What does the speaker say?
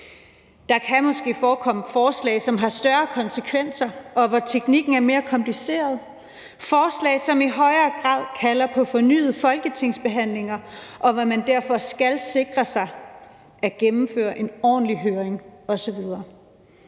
Der kan måske forekomme forslag, som har større konsekvenser, og hvor teknikken er mere kompliceret; forslag, som i højere grad kalder på fornyede folketingsbehandlinger, og hvor man derfor skal sikre sig at gennemføre en ordentlig høring osv.